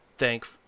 Thank